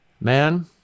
man